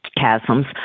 chasms